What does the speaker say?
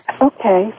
Okay